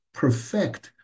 perfect